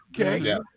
Okay